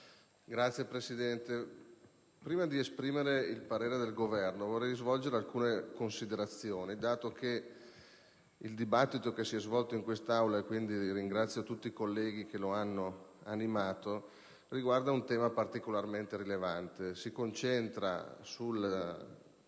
economico*. Prima di esprimere il parere del Governo, vorrei svolgere alcune considerazioni, dal momento che il dibattito che si è sviluppato in quest'Aula - e ringrazio tutti i colleghi che lo hanno animato - riguarda un tema particolarmente rilevante. La discussione